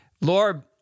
Lord